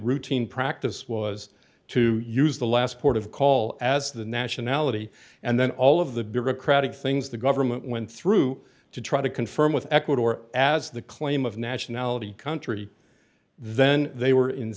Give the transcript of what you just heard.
routine practice was to use the last port of call as the nationality and then all of the bureaucratic things the government went through to try to confirm with ecuador as the claim of nationality country then they were in